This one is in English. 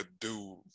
dude